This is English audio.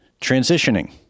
transitioning